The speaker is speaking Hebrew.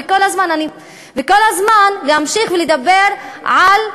וכל הזמן להמשיך ולדבר על,